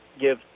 give –